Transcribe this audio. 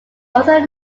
also